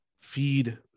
feed